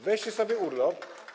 Weźcie sobie urlop.